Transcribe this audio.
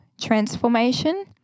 transformation